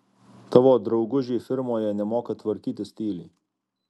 tavo draugužiai firmoje nemoka tvarkytis tyliai